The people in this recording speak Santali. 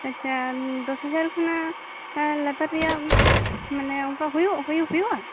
ᱟᱪᱪᱷᱟ ᱫᱚᱥ ᱦᱟᱡᱟᱨ ᱠᱷᱚᱱᱟᱜ ᱞᱟᱛᱟᱨ ᱨᱮᱭᱟ ᱢᱟᱱᱮ ᱚᱱᱠᱟ ᱦᱩᱭᱩᱜᱼᱟ